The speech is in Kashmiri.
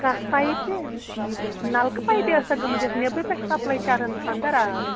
کَتھ پایپہِ نَلکہٕ پایپہِ ٲسا گٔمٕژ یَس نٮ۪برٕ پٮ۪ٹھ سَپلاے چَرن اَنٛدر آب